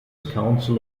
council